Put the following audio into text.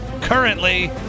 currently